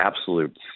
absolute